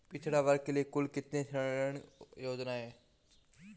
पिछड़ा वर्ग के लिए कुल कितनी ऋण योजनाएं हैं?